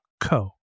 co